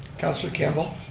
councillor campbell.